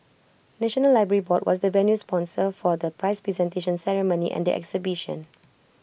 National Library board was the venue sponsor for the prize presentation ceremony and the exhibition